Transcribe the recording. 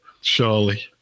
surely